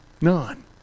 None